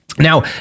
Now